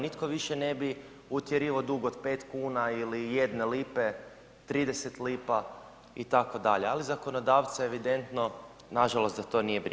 Nitko više ne bi utjerivao dug od pet kuna ili jedne lipe, 30 lipa itd., ali zakonodavce evidentno nažalost da to nije briga.